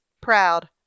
proud